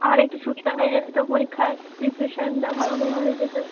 আমার একটু সুবিধা হয়ে যেত পরীক্ষার প্রিপারেশনটা ভালো নেওয়া হয়ে যেত